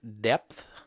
depth